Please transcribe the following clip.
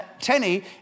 Tenney